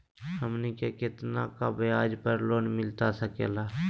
हमनी के कितना का ब्याज पर लोन मिलता सकेला?